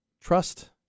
trust